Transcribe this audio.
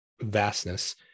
vastness